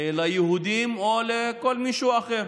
ליהודים או לכל מישהו אחר?